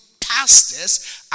pastors